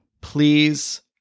please